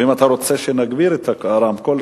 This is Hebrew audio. ואם אתה רוצה שנגביר את הרמקול,